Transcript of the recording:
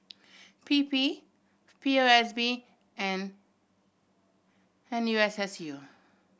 P P P O S B and N U S S U